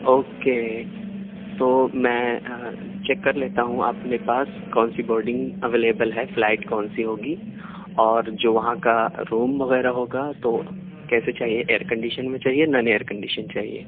okay تو میں check کرلیتا ہوں اپنے پاس کونسی بورڈنگ اویلبل ہے فلائٹ کون سی ہوگی اور جو وہاں کا روم وغیرہ ہوگا تو کیسے چاہیے ایئر کنڈیشن میں چاہیے نن ایئر کنڈیشن چاہیے